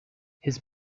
his